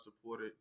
supported